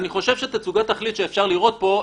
אני חושב שתצוגת תכלית שאפשר לראות פה,